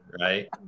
right